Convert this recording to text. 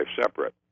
separate